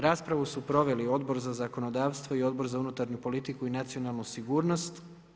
Raspravu su proveli Odbor za zakonodavstvo i Odbor za unutarnju politiku i nacionalnu sigurnost.